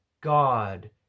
God